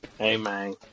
Amen